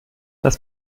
das